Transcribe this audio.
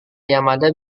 yamada